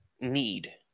need